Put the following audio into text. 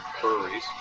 breweries